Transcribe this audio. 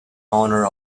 honour